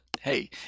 hey